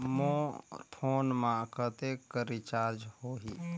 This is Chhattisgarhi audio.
मोर फोन मा कतेक कर रिचार्ज हो ही?